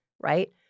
right